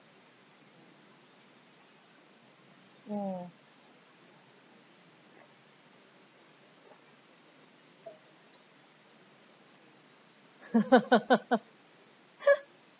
hmm